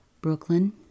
Brooklyn